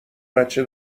بچه